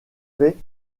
fait